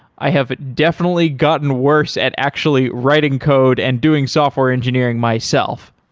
i have definitely gotten worse at actually writing code and doing software engineering myself.